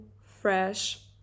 fresh